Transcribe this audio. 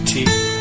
Teeth